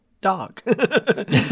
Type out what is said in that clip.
dog